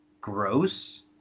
gross